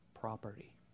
property